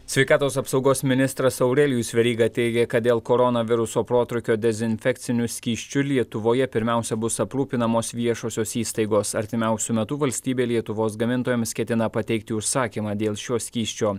sveikatos apsaugos ministras aurelijus veryga teigė kad dėl koronaviruso protrūkio dezinfekciniu skysčiu lietuvoje pirmiausia bus aprūpinamos viešosios įstaigos artimiausiu metu valstybė lietuvos gamintojams ketina pateikti užsakymą dėl šio skysčio